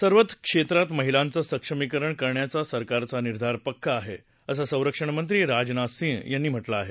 सर्वच क्षेत्रांत महिलाचं सक्षमीकरण करण्याचा सरकारचा निर्धार पक्का आहे असं संरक्षण मंत्री राजनाथ सिंह यांनी म्हटलं आहे